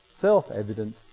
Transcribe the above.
self-evident